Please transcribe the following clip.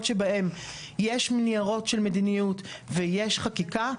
שבהם יש ניירות של מדיניות ויש חקיקה,